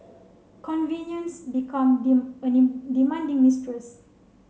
convenience become demanding mistress